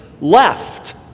left